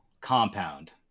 compound